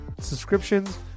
subscriptions